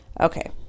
Okay